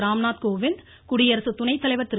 ராம்நாத் கோவிந்த் குடியரசு துணை தலைவர் திரு